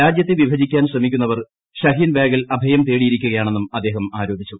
രാജ്യത്തെ വിഭജിക്കാൻ ശ്രമിക്കുന്നവർ ഷഹീൻബാഗിൽ അഭയം തേടിയിരിക്കുകയാണെന്നും അദ്ദേഹം ആരോപിച്ചു